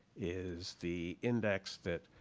is the index that